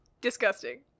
Disgusting